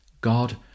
God